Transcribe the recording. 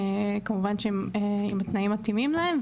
כמובן אם התנאים מתאימים להם,